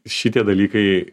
šitie dalykai